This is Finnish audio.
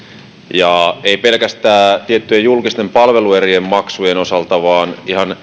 eikä pelkästään tiettyjen julkisten palveluerien maksujen osalta vaan